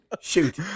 Shoot